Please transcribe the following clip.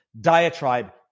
diatribe